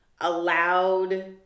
allowed